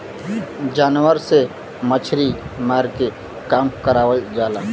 जानवर से मछरी मारे के काम करावल जाला